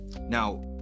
Now